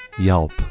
yelp